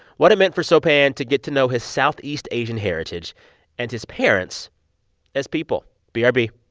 what it meant for sopan to get to know his southeast asian heritage and his parents as people. b r b